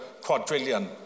quadrillion